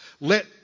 Let